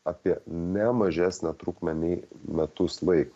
apie ne mažesnę trukmę nei metus laik